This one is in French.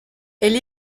elle